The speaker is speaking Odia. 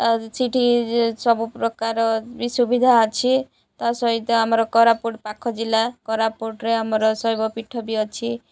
ଆଉ ସେଇଠି ସବୁପ୍ରକାର ବି ସୁବିଧା ଅଛି ତା ସହିତ ଆମର କୋରାପୁଟ ପାଖ ଜିଲ୍ଲା କୋରାପୁଟରେ ଆମର ଶୈବପୀଠ ବି ଅଛି